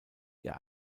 ihr